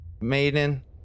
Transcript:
maiden